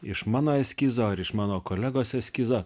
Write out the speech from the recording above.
iš mano eskizo ar iš mano kolegos eskizo